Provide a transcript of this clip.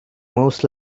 most